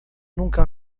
nunca